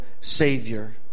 Savior